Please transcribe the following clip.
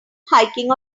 hiking